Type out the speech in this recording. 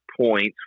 points